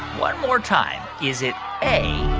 one more time. is it a,